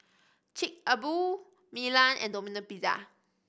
Chic a Boo Milan and Domino Pizza